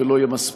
לא היה מספיק,